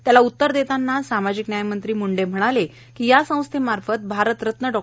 त्याला उत्तर देताना सामाजिक न्यायमंत्री मुंडे म्हणाले की या संस्थेमार्फत भारतरत्न डॉ